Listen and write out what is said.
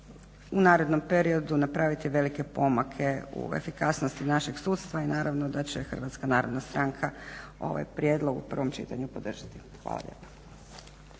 u narednom periodu napraviti velike pomake u efikasnosti našeg sudstva i naravno da će Hrvatska narodna stranka ovaj prijedlog u prvom čitanju podržati. Hvala lijepa.